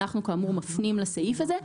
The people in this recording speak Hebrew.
אנחנו כאמור מפנים לסעיף הזה.